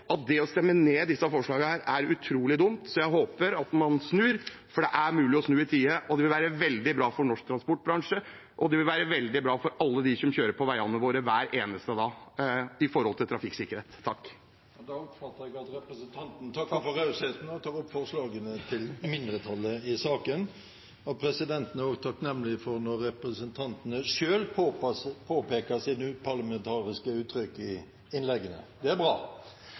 at det å stemme ned disse forslagene er utrolig dumt. Så jeg håper at man snur – for det er mulig å snu i tide. Det vil være veldig bra for norsk transportbransje, og det vil være veldig bra for trafikksikkerheten til alle dem som kjører på veiene våre hver eneste dag. Da oppfatter jeg at representanten takker for rausheten og tar opp forslagene til mindretallet i saken. Presidenten er også takknemlig for når representantene selv påpeker sine uparlamentariske uttrykk i innleggene. Det er bra.